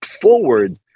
forward